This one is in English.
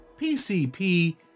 PCP